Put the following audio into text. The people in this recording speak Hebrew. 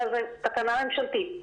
אלא זאת תקנה ממשלתית.